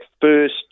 first